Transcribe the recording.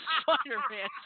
Spider-Man